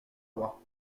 avoir